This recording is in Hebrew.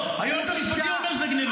אז היית